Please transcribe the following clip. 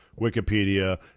Wikipedia